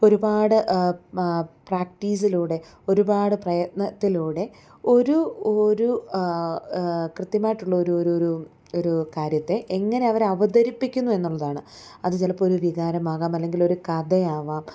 ഒരുപാട് പ്രാക്ടീസിലൂടെ ഒരുപാട് പ്രയത്നത്തിലൂടെ ഒരു ഒരു കൃത്യമായിട്ടുള്ളൊരു ഒരു ഒരു ഒരു കാര്യത്തെ എങ്ങനെ അവര് അവതരിപ്പിക്കുന്നു എന്നുള്ളതാണ് അത് ചിലപ്പോള് ഒരു വികാരമാകാം അല്ലെങ്കിലൊരു കഥയാവാം